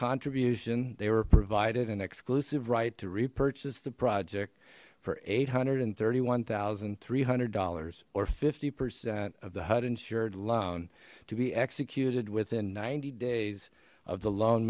contribution they were provided an exclusive right to repurchase the project for eight hundred and thirty one thousand three hundred dollars or fifty percent of the hud insured loan to be executed within ninety days of the loan